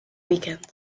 weekends